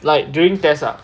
like during test ah